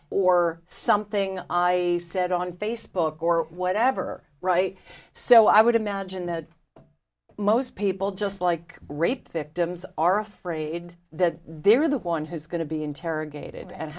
or something i said on facebook or whatever right so i would imagine that most people just like rape victims are afraid the they're the one who's going to be interrogated a